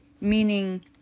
meaning